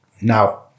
Now